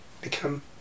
become